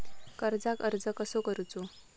कर्जाक अर्ज कसो करूचो?